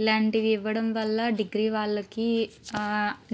ఇలాంటివి ఇవ్వడం వల్ల డిగ్రీ వాళ్ళకి